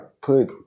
put